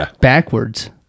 backwards